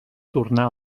tornar